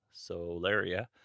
solaria